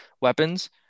weapons